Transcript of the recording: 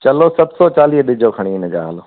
चलो सत सौ चालीह ॾिजो खणी हिनजा हलो